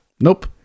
Nope